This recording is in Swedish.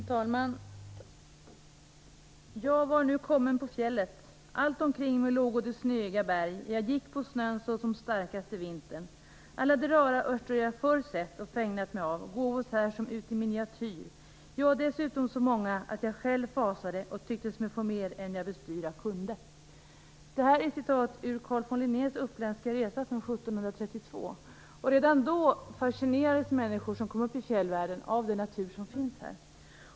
Fru talman! "Jag var nu kommen på fjällen. Alltomkring mig lågo de snöiga berg, jag gick på snön såsom på starkaste vintern. Alla de rara örter jag förr sett och fägnat mig av, gåvos här som uti miniatyr; ja dessutom så många, att jag själv fasade och tycktes mig få mer än jag bestyra kunde." Det här är ett citat ur Carl von Linnés Lappländska resa från 1732. Redan då fascinerades människor som kom upp i fjällvärlden av den natur som finns där.